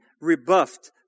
rebuffed